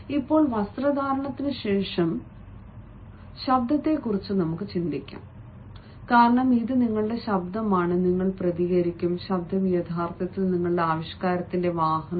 ഇപ്പോൾ വസ്ത്രധാരണത്തിനുശേഷം വരുമ്പോൾ ശബ്ദത്തെക്കുറിച്ച് ചിന്തിക്കുന്നത് എല്ലായ്പ്പോഴും നല്ലതാണ് കാരണം ഇത് നിങ്ങളുടെ ശബ്ദമാണ് നിങ്ങൾ പ്രതികരിക്കും ശബ്ദം യഥാർത്ഥത്തിൽ നിങ്ങളുടെ ആവിഷ്കാരത്തിന്റെ വാഹനമാണ്